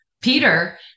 Peter